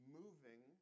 moving